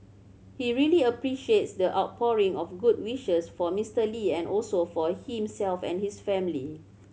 he really appreciates the outpouring of good wishes for Mister Lee and also for himself and his family